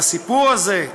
והסיפור הזה,